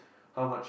how much